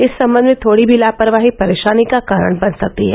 इस सम्बन्ध में थोड़ी भी लापरवाही परेशानी का कारण बन सकती है